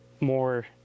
more